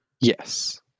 Yes